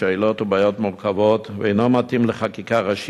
שאלות ובעיות מורכבות ואינו מתאים לחקיקה ראשית,